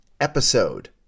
episode